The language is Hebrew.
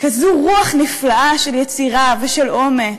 כזו רוח נפלאה של יצירה ושל אומץ,